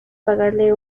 pagarle